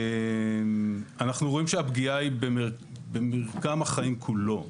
אנחנו רואים שהפגיעה היא במרקם החיים כולו.